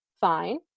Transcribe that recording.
Fine